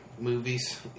movies